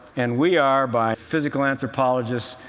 and we are, by physical anthropologists,